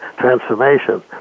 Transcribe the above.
Transformation